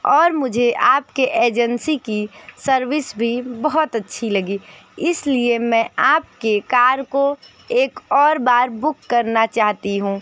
और मुझे आपकी एजेंसी की सर्विस भी बहुत अच्छी लगी इसलिए मैं आपके कार को एक और बार बुक करना चाहती हूँ